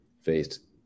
faced